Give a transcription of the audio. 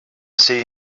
see